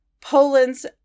poland's